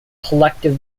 collective